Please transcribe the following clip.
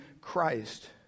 Christ